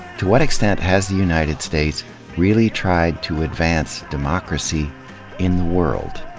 to what extent has the united states really tried to advance democracy in the world?